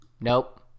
nope